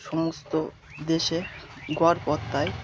সমস্ত দেশে গড়পড়তা